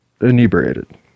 inebriated